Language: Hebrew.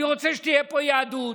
אני רוצה שתהיה פה יהדות.